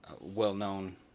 well-known